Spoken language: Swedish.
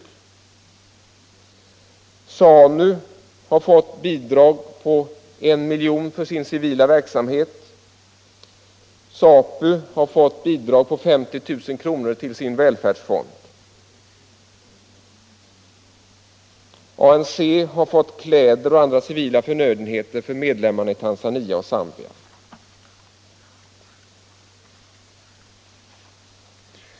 ZANU har fått bidrag på 1 milj.kr. till sin civila verksamhet. ZAPU har fått bidrag på 50 000 kr. till sin välfärdsfond. ANC har fått kläder och andra civila förnödenheter till medlemmarna i Tanzania och Zambia.